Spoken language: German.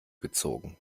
gezogen